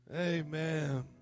Amen